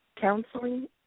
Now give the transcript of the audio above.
Counseling